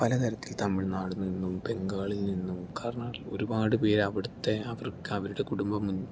പലതരത്തിൽ തമിഴ്നാട് നിന്നും ബംഗാളിൽ നിന്നും കർണാടക ഒരുപാട് പേരവിടത്തെ അവർക്കവരുടെ കുടുംബം